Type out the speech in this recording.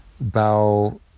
bow